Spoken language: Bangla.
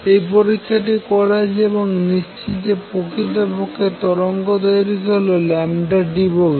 এই পরীক্ষাটি করা হয়েছে এবং নিশ্চিত যে প্রকৃতপক্ষে তরঙ্গ দৈর্ঘ্য হল deBroglie